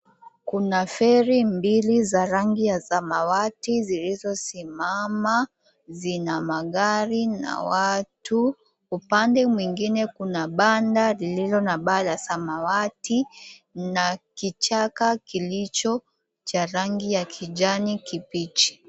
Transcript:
Kuna feri mbili za rangi ya samawati zilizosimama. Zina magari na watu, upande mwingine kuna banda lililo na baa la samawati na kichaka kilicho cha rangi ya kijani kibichi.